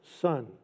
Son